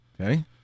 Okay